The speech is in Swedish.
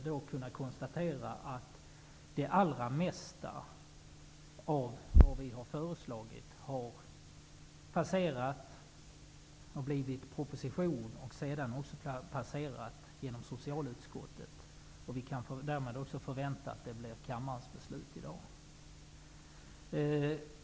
Det allra mesta som vi har föreslagit har blivit propositionsförslag och har sedan också passerat genom socialutskottet. Vi kan därmed också förvänta att det blir kammarens beslut i dag.